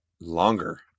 Longer